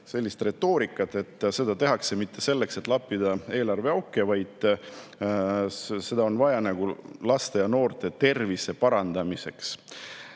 sellist retoorikat: seda ei tehta mitte selleks, et lappida eelarveauke, vaid seda on vaja laste ja noorte tervise parandamiseks.